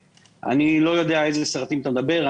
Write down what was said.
אני לא יודע על אילו סרטים אתה מדבר.